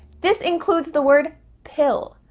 this includes the word pill.